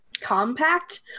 compact